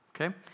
Okay